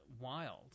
wild